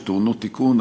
שטעונות תיקון,